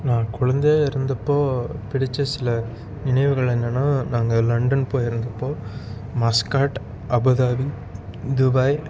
நான் குழந்தையாக இருந்தப்போது பிடித்த சில நினைவுகள் என்னென்னா நாங்கள் லண்டன் போயிருந்தப்போது மஸ்காட் அபுதாபி துபாய்